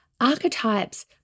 archetypes